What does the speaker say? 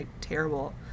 terrible